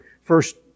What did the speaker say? first